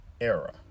era